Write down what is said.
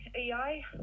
AI